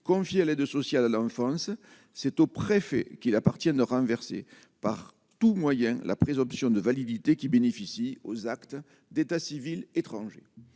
confiés à l'aide sociale à l'enfance, c'est au préfet qu'il appartienne renverser par tout moyen la présomption de validité qui bénéficie aux actes d'état civil étranger,